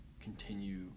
continue